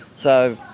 so,